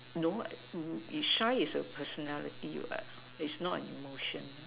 no is shy is a personality what is not a emotion